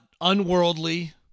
unworldly